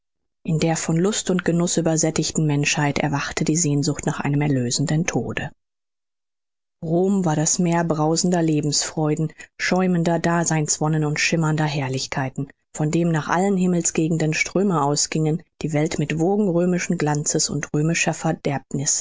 in der von lust und genuß übersättigten menschheit erwachte die sehnsucht nach einem erlösenden tode rom war das meer brausender lebensfreuden schäumender daseinswonnen und schimmernder herrlichkeiten von dem nach allen himmelsgegenden ströme ausgingen die welt mit wogen römischen glanzes und römischer